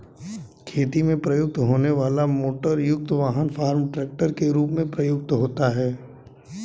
खेती में प्रयुक्त होने वाला मोटरयुक्त वाहन फार्म ट्रक के रूप में प्रयुक्त होता है